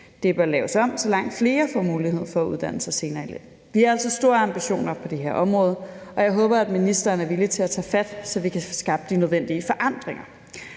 Det bør laves om, så langt flere får mulighed for at uddanne sig senere i livet. Vi har altså store ambitioner på det her område, og jeg håber, at ministeren er villig til at tage fat, så vi kan få skabt de nødvendige forandringer.